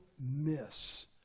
miss